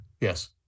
Yes